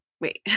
wait